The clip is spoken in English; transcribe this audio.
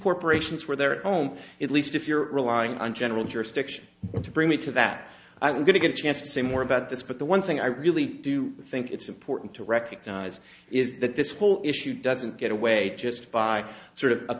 corporations where their own at least if you're relying on general jurisdiction to bring me to that i'm going to get a chance to say more about this but the one thing i really do think it's important to recognize is that this whole issue doesn't get away just by sort of a